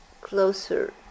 closer